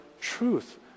truth